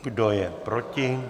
Kdo je proti?